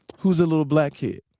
who's the little black kid?